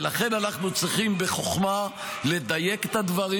ולכן אנחנו צריכים בחוכמה לדייק את הדברים.